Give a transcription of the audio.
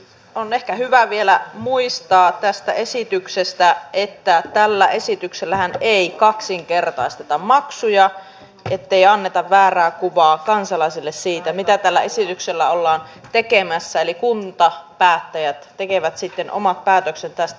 on ehkä hyvä vielä muistaa tästä esityksestä että tällä esityksellähän ei kaksinkertaisteta maksuja ettei anneta väärää kuvaa kansalaisille siitä mitä tällä esityksellä ollaan tekemässä eli kuntapäättäjät tekevät sitten omat päätöksensä tästä